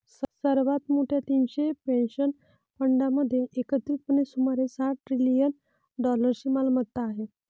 सर्वात मोठ्या तीनशे पेन्शन फंडांमध्ये एकत्रितपणे सुमारे सहा ट्रिलियन डॉलर्सची मालमत्ता आहे